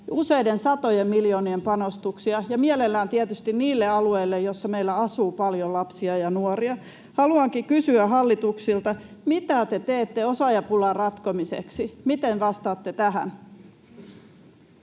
useiden satojen miljoonien panostuksia, ja mielellään tietysti niille alueille, missä meillä asuu paljon lapsia ja nuoria. Haluankin kysyä hallitukselta: Mitä te teette osaajapulan ratkomiseksi? Miten vastaatte tähän?